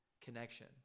connection